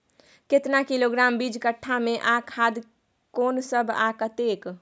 केतना किलोग्राम बीज कट्ठा मे आ खाद कोन सब आ कतेक?